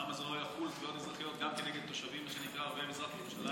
למה התביעות האזרחיות לא יחולו גם על תושבים ערבים ממזרח ירושלים,